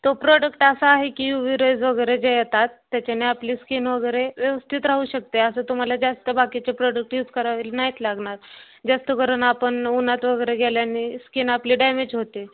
तो प्रोडक्ट असा आहे की यु वि राईज वगैरे जे येतात त्याच्याने आपली स्किन वगैरे व्यवस्थित राहू शकते असं तुम्हाला जास्त बाकीचे प्रोडक्ट यूज करावे नाहीत लागणार जास्त करून आपण उन्हात वगैरे गेल्याने स्किन आपली डॅमेज होते